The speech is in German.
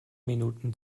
minuten